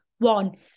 One